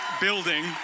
building